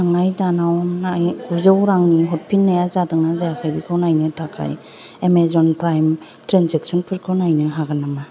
थांनाय दानाव गुजौ रांनि हरफिन्नाया जादोंना जायाखै बेखौ नायनो थाखाय एमेजन प्राइम ट्रेन्जेकसनफोरखौ नायनो हागोन नामा